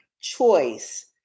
choice